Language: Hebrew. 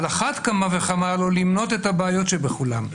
על אחת כמה וכמה לא למנות את הבעיות שבכולם.